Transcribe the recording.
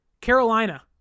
Carolina